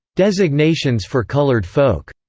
designations for colored folk.